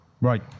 Right